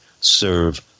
serve